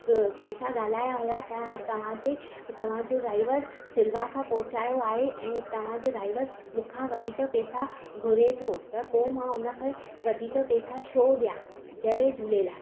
अ पेसा ॻाल्हाया हुआ त तव्हांजे तव्हांजो ड्राइवर सिलवासा पहुचायो आहे ऐं तव्हांजे ड्राइवर मूंखां वधीक पेसा घुरे थो त पोइ मां उनखे वधीक पेसा छो ॾियां जय झूलेलाल